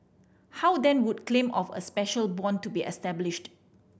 how then would claim of a special bond be established